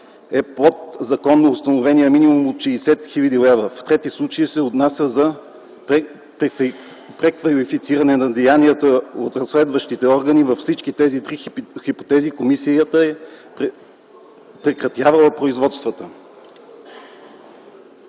е под законоустановения минимум от 60 000 лева, в трети случаи се е стигнало до преквалифициране на деянията от разследващите органи – във всички тези три хипотези комисията е прекратявала производствата.